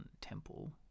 Temple